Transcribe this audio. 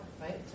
right